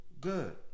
good